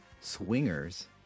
Swingers